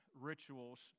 rituals